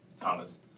Thomas